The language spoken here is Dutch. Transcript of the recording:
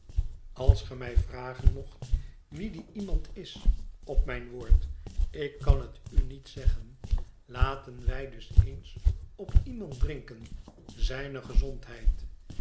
als ge mij vragen het verlaten huis mocht wie die iemand is op mijn woord ik kan het u niet zeggen laten wij dus eens op iemand drinken zijne gezondheid